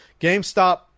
GameStop